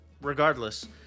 regardless